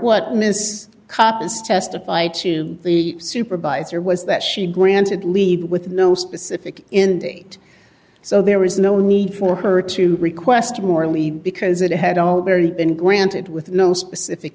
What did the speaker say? coppice testified to the supervisor was that she granted lead with no specific in it so there was no need for her to request morally because it had already been granted with no specific